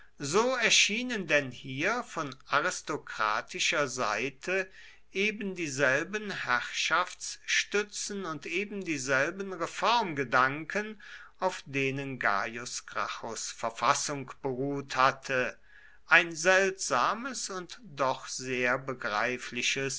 so erschienen denn hier von aristokratischer seite ebendieselben herrschaftsstützen und ebendieselben reformgedanken auf denen gaius gracchus verfassung beruht hatte ein seltsames und doch sehr begreifliches